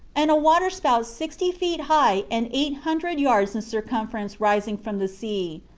and a water-spout sixty feet high and eight hundred yards in circumference rising from the sea.